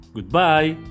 Goodbye